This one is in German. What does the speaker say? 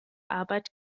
arbeit